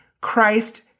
Christ